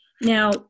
now